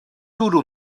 duro